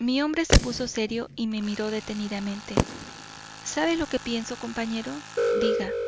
mi hombre se puso serio y me miró detenidamente sabe lo que pienso compañero diga